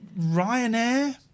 Ryanair